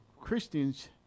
Christians